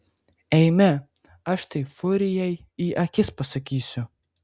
eime aš tai furijai į akis pasakysiu